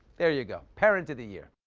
there you go, parent of the year.